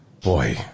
Boy